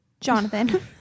Jonathan